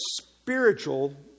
spiritual